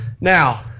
Now